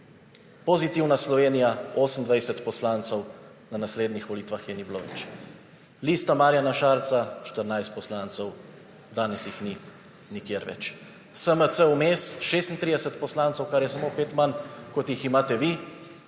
Pozitivna Slovenija 28 poslancev, na naslednjih volitvah je ni bilo več. Lista Marjana Šarca 14 poslancev, danes jih ni nikjer več. SMC vmes 36 poslancev, kar je samo pet manj, kot jih imate vi,